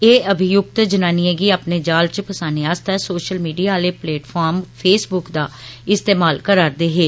एह् अभियुक्त जनानिएं गी अपने जाल च फसाने आस्तै सोषल मीडिया आले प्लेटफार्म फैसबुक दा इस्तेमाल करा रदे हे